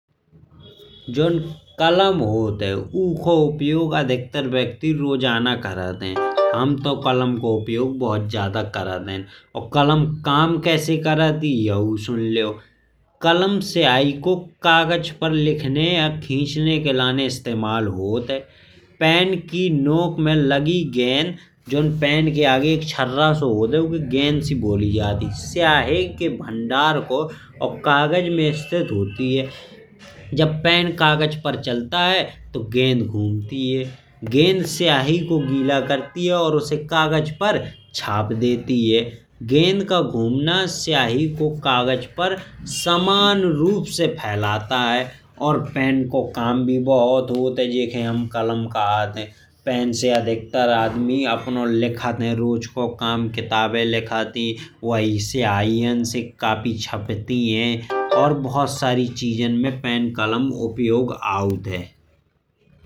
जोन कलम होत है उखो उपयोग अधिकतर व्यक्ति रोजाना करत है। हम तो कलम को उपयोग बहुत ज्यादा करत है। और कलम कम कैसे करत ही बहु सुनाइयो। कलम स्याही को कागज पर लिखने या खींचने के लाने इस्तेमाल होत है। पेन की नोक में लगी गेंद जोन पेन के आगे एक छर्रा सो होत है। उखे गेंद सी बोली जात है स्याही के भंडार को कागज में सिध होत है। जब पेन कागज पर चलता है तो गेंद घूमती है। गेंद स्याही को गीला करती है और उसे कागज पर छाप देती है। गेंद का घूमना स्याही को कागज पर समान रूप से फैलाता है। और पेन को काम भी बहुत होत है जे खे हम कलम कहत है। पेन से अधिकतर आदमी अपनो लिखत है रोज को काम किताबे लिखत है वही स्याही से कॉपी छापती है। और बहुत सारी चीज़न में पेन कलम उपयोग आउत है।